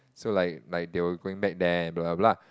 so like like they were going back there and blah blah blah